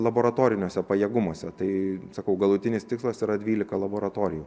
laboratoriniuose pajėgumuose tai sakau galutinis tikslas yra dvylika laboratorijų